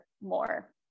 more